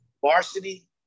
Varsity